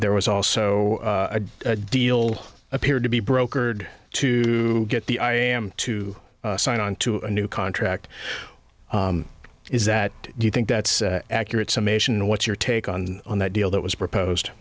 there was also a deal appeared to be brokered to get the i am to sign on to a new contract is that do you think that's accurate summation what's your take on on that deal that was proposed